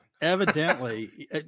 Evidently